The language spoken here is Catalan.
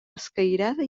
escairada